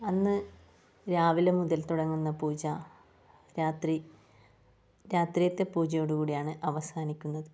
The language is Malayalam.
അന്ന് രാവിലെ മുതൽ തുടങ്ങുന്ന പൂജ രാത്രി രാത്രിയിലത്തെ പൂജയോട് കൂടിയാണ് അവസാനിക്കുന്നത്